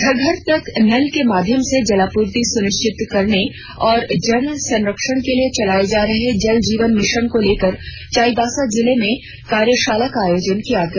घर घर तक नल के माध्यम से जलापूर्ति सुनिश्चित करने और जल संरक्षण के लिए चलाए जा रहे जल जीवन मिशन को लेकर चाईबासा जिले में कार्यशाला का आयोजन किया गया